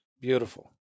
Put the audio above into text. Beautiful